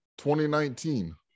2019